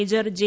major J